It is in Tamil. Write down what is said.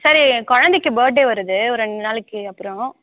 சார் என் குழந்தைக்கி பர் டே வருது ஒரு ரெண்டு நாளைக்கு அப்புறம்